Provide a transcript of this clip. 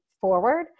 forward